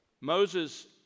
Moses